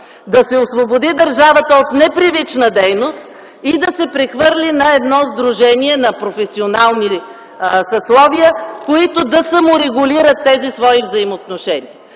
да се освободи държавата от непривична дейност и да се прехвърли на едно сдружение на професионални съсловия, които да саморегулират тези свои взаимоотношения.